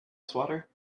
swatter